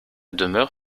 demeure